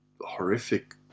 horrific